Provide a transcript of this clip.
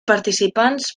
participants